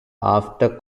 after